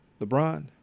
LeBron